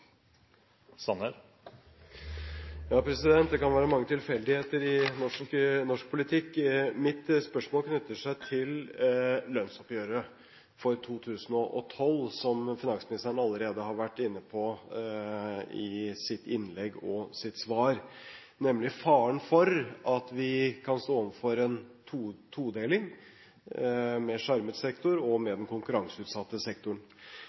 Ja, det kan være mange tilfeldigheter i norsk politikk. Mitt spørsmål knytter seg til lønnsoppgjøret for 2012, som finansministeren allerede har vært inne på i sitt innlegg og sitt svar, nemlig faren for at vi kan stå overfor en todeling – med skjermet sektor og